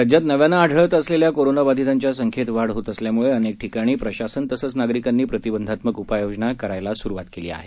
राज्यात नव्यानं आढळत असलेल्या कोरोनाबाधितांच्या संख्येत वाढ होत असल्यामुळे अनेक ठिकाणी प्रशासन तसंच नागरिकांनी प्रतिबंधात्मक उपाययोजना करायला सुरुवात केली आहे